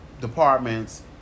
departments